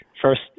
First